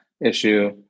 issue